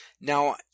Now